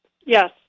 Yes